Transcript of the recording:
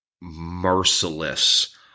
merciless